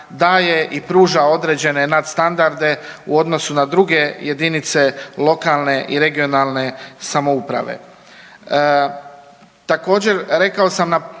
daje i pruža određene nadstandarde u odnosu na druge jedinice lokalne i regionalne samouprave. Također rekao sam na